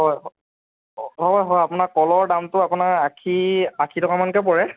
হয় অঁ হয় আপোনাৰ কলৰ দামটো আপোনাৰ আখি আশী টকামানকৈ পৰে